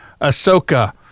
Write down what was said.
Ahsoka